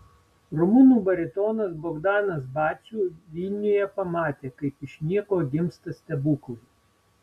rumunų baritonas bogdanas baciu vilniuje pamatė kaip iš nieko gimsta stebuklai